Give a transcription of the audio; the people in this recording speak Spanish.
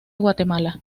guatemala